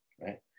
right